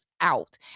out